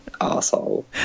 asshole